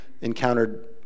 encountered